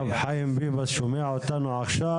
חיים ביבס שומע אותנו עכשיו,